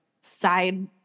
side